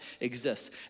exists